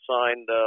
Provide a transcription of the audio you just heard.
signed